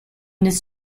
this